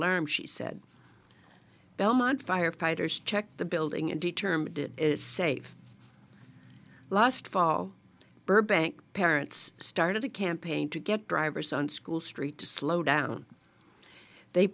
ellerbee she said belmont firefighters checked the building and determined it is safe last fall burbank parents started a campaign to get drivers on school street to slow down they